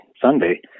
Sunday